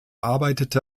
arbeitete